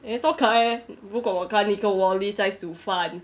eh 多可爱 eh 如果我看一个 wall-e 在煮饭